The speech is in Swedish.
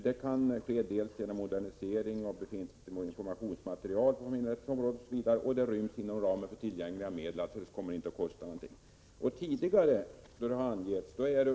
Det kan ske dels genom modernisering av redan befintligt informationsmaterial på familjerättens område, dels genom en särskild informationsinsats i samband med att den nya lagstiftningen träder i kraft. Dessa informationsinsatser kan rymmas inom ramen för tillgängliga medel.” — Det kommer alltså inte att kosta någonting.